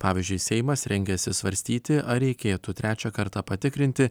pavyzdžiui seimas rengiasi svarstyti ar reikėtų trečią kartą patikrinti